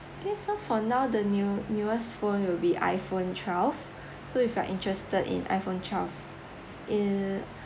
okay so for now the new newest phone will be iPhone twelve so if you're interested in iPhone twelve